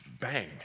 Bang